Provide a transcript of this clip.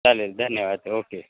चालेल धन्यवाद ओके